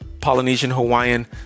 Polynesian-Hawaiian